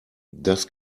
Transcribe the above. das